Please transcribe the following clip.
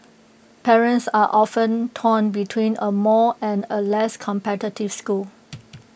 parents are often torn between A more and A less competitive school